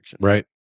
Right